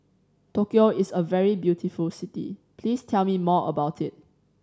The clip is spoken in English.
Tokyo is a very beautiful city please tell me more about it